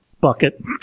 bucket